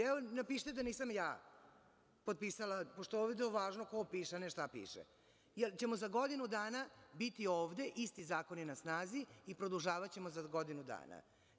Evo, napišite da nisam ja potpisala, pošto je ovde važno ko piše, a ne šta piše, jer ćemo za godinu dana biti ovde, isti zakoni na snazi i produžavaćemo za godinu dana.